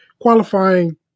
qualifying